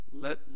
let